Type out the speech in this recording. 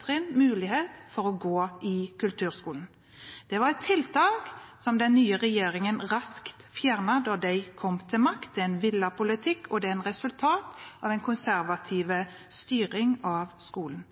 trinn mulighet til å gå i kulturskolen. Det var et tiltak som den nye regjeringen raskt fjernet da de kom til makten. Det er en villet politikk, og det er et resultat av en konservativ styring av skolen.